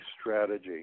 strategy